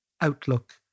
outlook